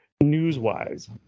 news-wise